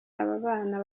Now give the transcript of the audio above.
ababana